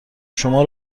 شما